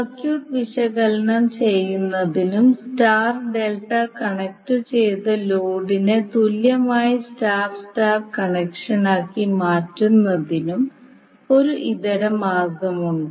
circuit വിശകലനം ചെയ്യുന്നതിനും star delta കണക്റ്റുചെയ്ത ലോഡിനെ തുല്യമായ സ്റ്റാർ സ്റ്റാർ കണക്ഷനാക്കി മാറ്റുന്നതിനും ഒരു ഇതര മാർഗമുണ്ട്